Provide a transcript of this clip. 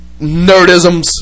nerdisms